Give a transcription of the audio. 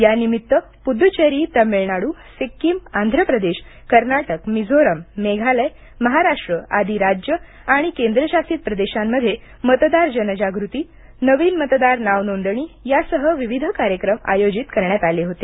या निमित्त पुदूचेरी तामिळनाडू सिक्कीम आंध्रप्रदेश कर्नाटक मिझोराम मेघालय महाराष्ट्र आदी राज्ये आणि केंद्रशासित प्रदेशांमध्ये मतदार जनजागृती नवीन मतदार नाव नोंदणी यांसह विविध कार्यक्रम आयोजित प करण्यात आले होते